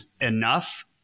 enough